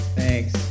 Thanks